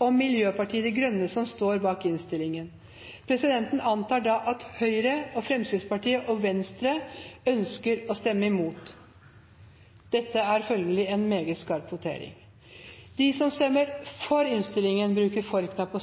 og Miljøpartiet De Grønne som står bak innstillingen. Presidenten antar da at Høyre, Fremskrittspartiet og Venstre ønsker å stemme imot. – Dette er følgelig en meget skarp votering. Voteringstavlene viste at det var avgitt 52 stemmer for innstillingen, III og 51